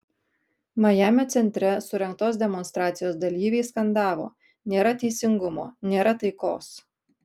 majamio centre surengtos demonstracijos dalyviai skandavo nėra teisingumo nėra taikos